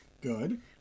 Good